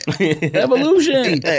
Evolution